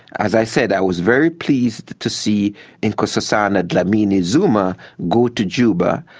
as i said, i was very pleased to see nkosazana dlamini-zuma go to juba.